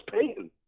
Peyton